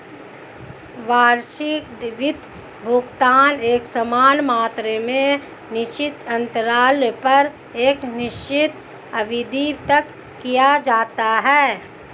वार्षिक वित्त भुगतान एकसमान मात्रा में निश्चित अन्तराल पर एक निश्चित अवधि तक किया जाता है